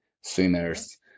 swimmers